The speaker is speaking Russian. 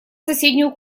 соседнюю